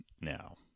now